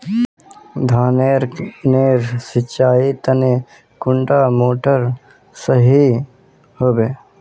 धानेर नेर सिंचाईर तने कुंडा मोटर सही होबे?